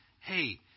hey